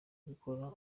gukora